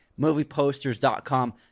movieposters.com